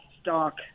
stock